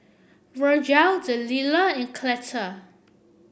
Virgel Delilah and Cleta